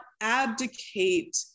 abdicate